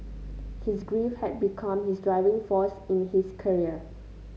his grief had become his driving force in his career